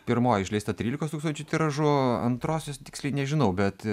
pirmoji išleista trylikos tūkstančių tiražu antrosios tiksliai nežinau bet